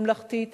ממלכתית,